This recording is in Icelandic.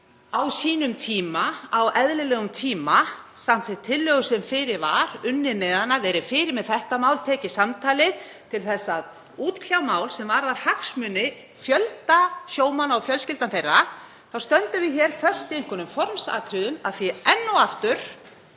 á sínum tíma, á eðlilegum tíma, samþykkt tillögu sem fyrir lá, unnið með hana, verið fyrr með þetta mál, tekið samtalið til að útkljá mál sem varðar hagsmuni fjölda sjómanna og fjölskyldna þeirra, þá stöndum við hér föst í einhverjum formsatriðum af því að enn og aftur